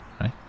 right